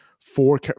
four